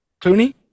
Clooney